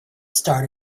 start